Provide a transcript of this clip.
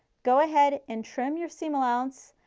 go ahead and trim your seam allowance,